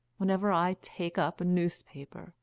whenever i take up a newspaper,